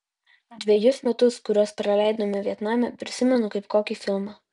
dvejus metus kuriuos praleidome vietname prisimenu kaip kokį filmą